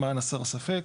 למען הסר ספק,